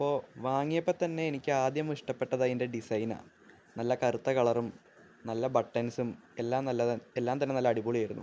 അപ്പോള് വാങ്ങിയപ്പോൾ തന്നെ എനിക്ക് ആദ്യം ഇഷ്ടപ്പെട്ടത് അതിന്റെ ഡിസൈനാണ് നല്ല കറുത്ത കളറും നല്ല ബട്ടൺസും എല്ലാം എല്ലാം തന്നെ നല്ല അടിപൊളിയായിരുന്നു